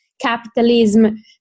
capitalism